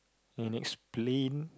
and explain